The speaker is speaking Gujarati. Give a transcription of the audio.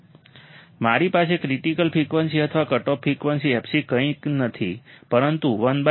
તેથી મારી ક્રિટિકલ ફ્રિકવન્સી અથવા કટઓફ ફ્રિકવન્સી fc કંઈ નથી પરંતુ 12 πRC જે 159